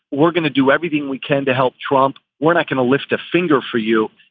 we're gonna do everything we can to help trump. we're not going to lift a finger for you.